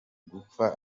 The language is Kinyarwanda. gupfa